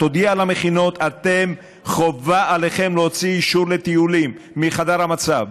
תודיע למכינות: חובה עליכם להוציא אישור לטיולים מחדר המצב,